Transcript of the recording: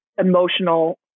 emotional